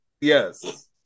yes